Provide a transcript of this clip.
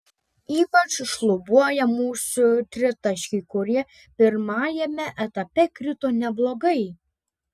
ypač šlubuoja mūsų tritaškiai kurie pirmajame etape krito neblogai